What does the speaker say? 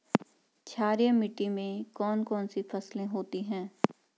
क्षारीय मिट्टी में कौन कौन सी फसलें होती हैं?